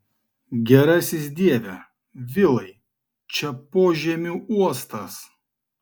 gerasis dieve vilai čia požemių uostas